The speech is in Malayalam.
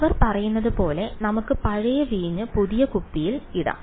അവർ പറയുന്നത് പോലെ നമുക്ക് പഴയ വീഞ്ഞ് പുതിയ കുപ്പിയിൽ ഇടാം